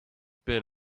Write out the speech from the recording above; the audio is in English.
been